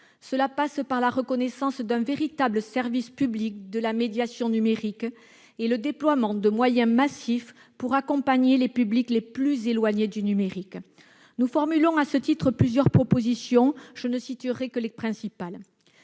Cela passe par la reconnaissance d'un véritable service public de la médiation numérique et le déploiement de moyens massifs pour accompagner les publics les plus éloignés du numérique. Nous formulons à ce titre plusieurs propositions, dont je ne citerai que les principales